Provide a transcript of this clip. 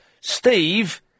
Steve